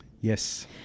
Yes